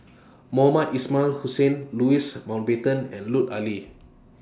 Mohamed Ismail Hussain Louis Mountbatten and Lut Ali